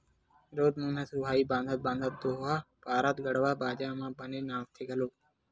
राउत मन ह सुहाई बंधात बंधात दोहा पारत गड़वा बाजा म बने नाचथे घलोक